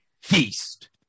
Feast